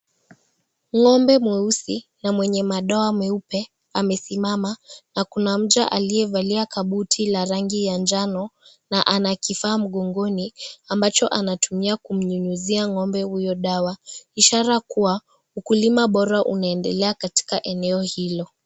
Ngombe mweusi na mwenye madoa meupe, amesimama na kuna mja aliyevalia kabuti la rangi ya njano, na ana kifaa mgongoni, ambacho anatumia kumnyunyizia ngombe huyo dawa. Ishara kuwa ukulima bora unaendelea katika eneo hilo.